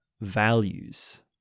values